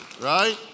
right